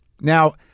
now